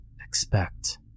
expect